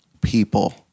people